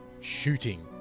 shooting